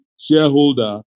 shareholder